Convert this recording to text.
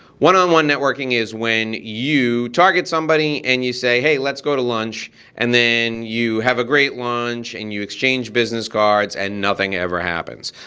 one-on-one networking is when you target somebody and you say hey let's go to lunch and then you have a great lunch and you exchange business cards and nothing ever happens.